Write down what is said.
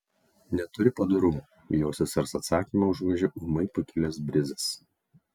neturi padorumo jo sesers atsakymą užgožė ūmai pakilęs brizas